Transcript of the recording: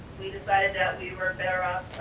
we decided that we were better off,